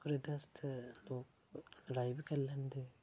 होर एह्दे आस्तै लोक लड़ाई बी करी लैंदे